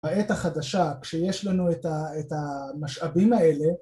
בעת החדשה כשיש לנו את המשאבים האלה